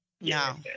No